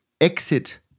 exit